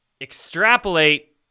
extrapolate